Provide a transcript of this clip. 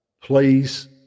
Please